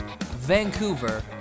Vancouver